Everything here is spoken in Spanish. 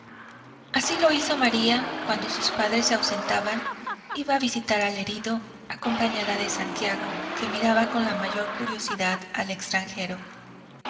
así lo hizo maría cuando sus padres se ausentaban iba a visitar al herido acompañada de santiago que miraba con la mayor curiosidad al extranjero